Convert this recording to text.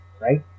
Right